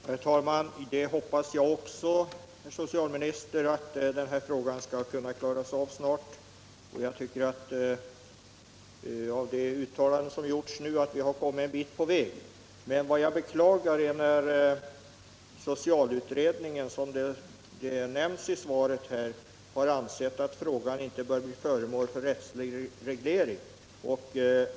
Herr talman! Jag hoppas också, herr socialminister, att denna fråga skall kunna klaras av snart. De uttalanden som har gjorts nu visar, tycker jag, att vi har kommit en bit på väg. Jag beklagar emellertid att socialutredningen enligt vad som nämns i svaret har ansett att frågan inte bör bli föremål för rättslig reglering.